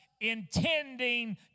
intending